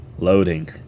Loading